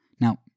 Now